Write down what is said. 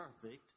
perfect